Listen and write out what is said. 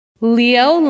Leo